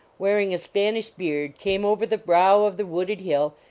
wearing a spanish beard, came over the brow of the wooded hill,